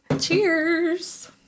Cheers